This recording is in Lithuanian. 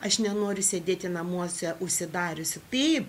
aš nenoriu sėdėti namuose užsidariusi taip